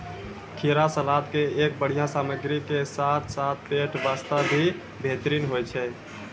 खीरा सलाद के एक बढ़िया सामग्री के साथॅ साथॅ पेट बास्तॅ भी बेहतरीन होय छै